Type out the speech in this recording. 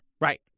right